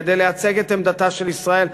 כדי לייצג את עמדתה של ישראל,